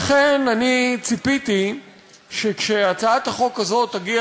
לכן אני ציפיתי שכשהצעת החוק הזאת תגיע